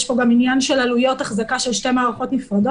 יש פה גם עניין של עלויות אחזקה של שתי מערכות נפרדות,